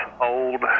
old